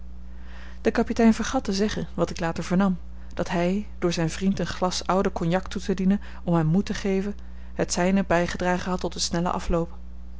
de kapitein vergat te zeggen wat ik later vernam dat hij door zijn vriend een glas ouden cognac toe te dienen om hem moed te geven het zijne bijgedragen had tot den snellen afloop